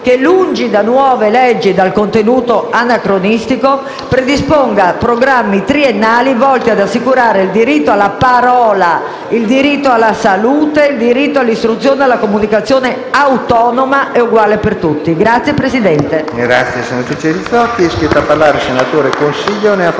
che, lungi da nuove leggi dal contenuto anacronistico, predisponga programmi triennali volti ad assicurare il diritto alla parola, il diritto alla salute, il diritto all'istruzione e alla comunicazione autonoma e uguale per tutti. *(Applausi